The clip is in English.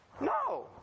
No